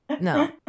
No